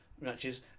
matches